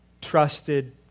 trusted